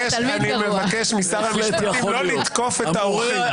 אני מבקש משר המשפטים לא לתקוף את האורחים.